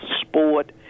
sport